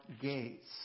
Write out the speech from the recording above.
gates